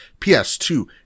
ps2